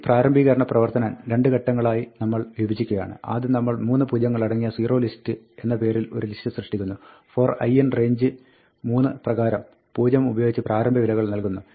ഈ പ്രാരംഭീകരണ പ്രവർത്തനം രണ്ട് ഘട്ടങ്ങളായി നമ്മൾ വിഭജിക്കുകയാണ് ആദ്യം നമ്മൾ 3 പൂജ്യങ്ങളടങ്ങിയ zerolist എന്ന പേരിൽ ഒരു ലിസ്റ്റ് സൃഷ്ടിക്കുന്നു for i in range 3 പ്രകാരം 0 ഉപയോഗിച്ച് പ്രാരംഭവിലകൾ നൽകുന്നു